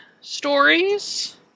stories